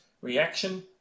Reaction